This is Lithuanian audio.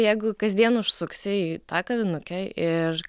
jeigu kasdien užsuksi į tą kavinukę ir